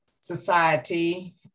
Society